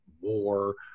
war